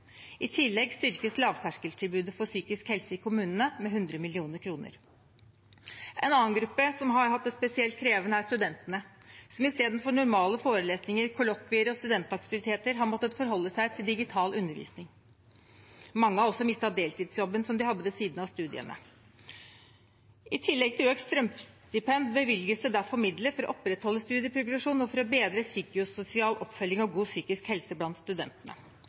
I tillegg styrkes lavterskeltilbudet for psykisk helse i kommunene med 100 mill. kr. En annen gruppe som har hatt det spesielt krevende, er studentene, som istedenfor normale forelesninger, kollokvier og studentaktiviteter har måttet forholde seg til digital undervisning. Mange har også mistet deltidsjobben som de hadde ved siden av studiene. I tillegg til økt strømstipend bevilges det derfor midler for å opprettholde studieprogresjonen og for å bedre psykososial oppfølging og god psykisk helse blant studentene.